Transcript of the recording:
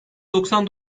doksan